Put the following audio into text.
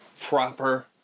proper